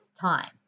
time